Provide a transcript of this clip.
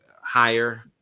higher